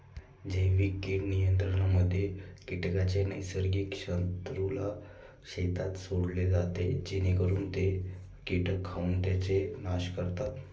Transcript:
जैविक कीड नियंत्रणामध्ये कीटकांच्या नैसर्गिक शत्रूला शेतात सोडले जाते जेणेकरून ते कीटक खाऊन त्यांचा नाश करतात